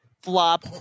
flop